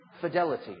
fidelity